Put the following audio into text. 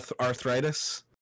arthritis